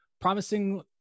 promising